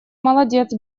молодец